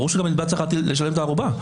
ברור שהנתבע צריך לשלם את הערובה.